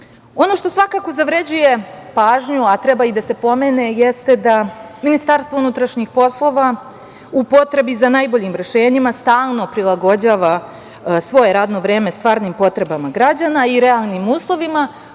što svakako zavređuje pažnju, a treba da se pomene, jeste da MUP upotrebi za najboljim rešenjima stalno prilagođava svoje radno vreme stvarnim potrebama građana i realnim uslovima,